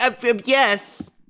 yes